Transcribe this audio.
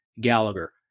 Gallagher